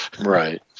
Right